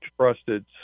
trusted